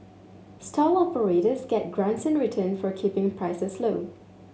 stall operators get grants in return for keeping prices low